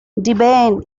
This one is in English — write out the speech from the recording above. debian